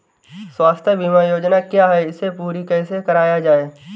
स्वास्थ्य बीमा योजना क्या है इसे पूरी कैसे कराया जाए?